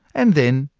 and then,